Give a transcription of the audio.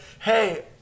hey